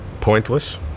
pointless